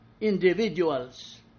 individuals